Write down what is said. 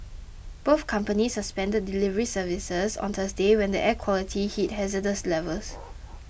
both companies suspended delivery service on Thursday when the air quality hit hazardous levels